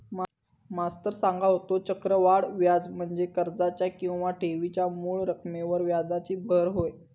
मास्तर सांगा होतो, चक्रवाढ व्याज म्हणजे कर्जाच्या किंवा ठेवीच्या मूळ रकमेवर व्याजाची भर होय